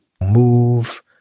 move